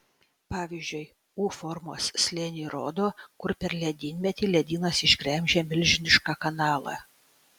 pavyzdžiui u formos slėniai rodo kur per ledynmetį ledynas išgremžė milžinišką kanalą